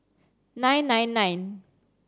nine nine nine